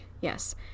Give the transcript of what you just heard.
Yes